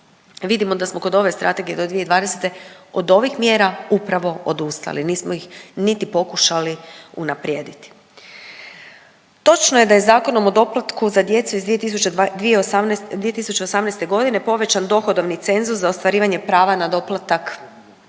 Vidimo da smo kod ove Strategije do 2020. od ovih mjera upravo odustali, nismo ih niti pokušali unaprijediti. Točno je da je Zakonom o doplatku za djecu iz 2018.g. povećan dohodovni cenzus za ostvarivanje prava na doplatak za djecu